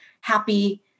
happy